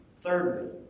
Thirdly